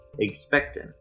expecting